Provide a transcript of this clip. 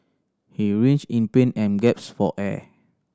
he writhed in pain and gasped for air